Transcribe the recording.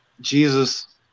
Jesus